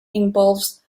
involves